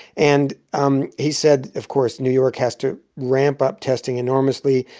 and um he said, of course, new york has to ramp up testing enormously.